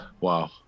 Wow